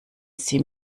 sie